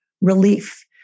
relief